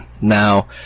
now